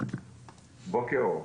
בוקר טוב,